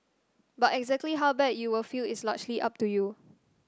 but exactly how bad you will feel is largely up to you